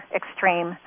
extreme